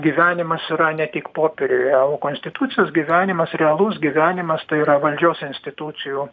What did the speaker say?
gyvenimas yra ne tik popieriuje o konstitucijos gyvenimas realus gyvenimas tai yra valdžios institucijų